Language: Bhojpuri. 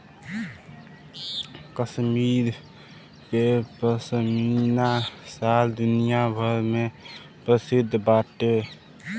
कश्मीर के पश्मीना शाल दुनिया भर में प्रसिद्ध बाटे